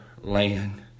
land